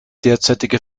derzeitige